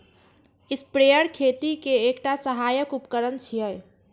sprayer खेती के एकटा सहायक उपकरण छियै